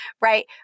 right